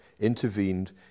intervened